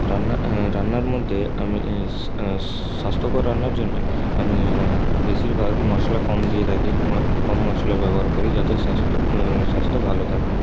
রান্না রান্নার মধ্যে আমি স্বাস্থ্যকর রান্নার জন্য আমি বেশিরভাগ মশলা কম দিয়ে থাকি কম মশলা ব্যবহার করি যাতে স্বাস্থ্য স্বাস্থ্য ভালো থাকে